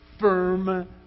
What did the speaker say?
firm